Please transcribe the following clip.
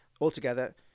altogether